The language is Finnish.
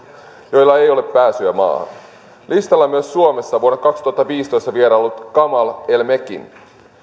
joilla ei ole pääsyä maahan listalla on myös suomessa vuonna kaksituhattaviisitoista vieraillut kamal el mekki